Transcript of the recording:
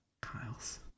Kyle's